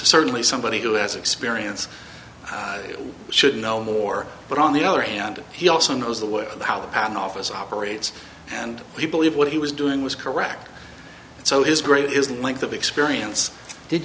somebody who has experience should know more but on the other hand he also knows the way how the patent office operates and i believe what he was doing was correct so is great isn't length of experience did